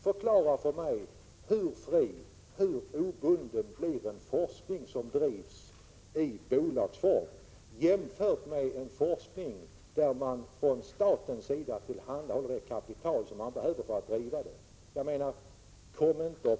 Förklara för mig: Hur fri, hur obunden, blir en forskning som bedrivs i bolagsform, jämfört med en forskning där staten tillhandahåller det kapital som behövs för att bedriva den?